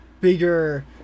bigger